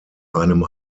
einem